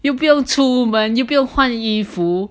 又不用出门又不用换衣服